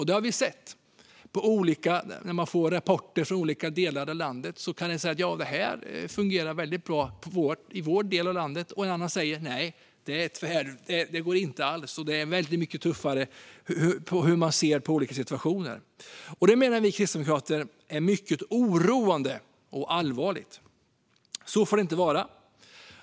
Det har vi sett i rapporter från olika delar av landet. Vissa kan säga: Det här fungerar väldigt bra i vår del av landet. Andra kan säga: Nej, det går inte alls - det är en väldigt mycket tuffare bedömning i sådana situationer. Detta menar vi kristdemokrater är mycket oroande och allvarligt. Så får det inte vara.